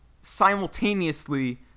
simultaneously